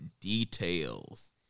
details